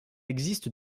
existe